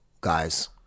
guys